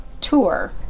tour